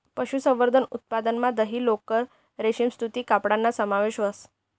पशुसंवर्धन उत्पादनमा दही, लोकर, रेशीम सूती कपडाना समावेश व्हस